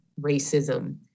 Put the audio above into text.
racism